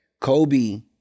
Kobe